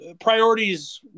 priorities